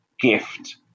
gift